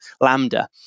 Lambda